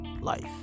life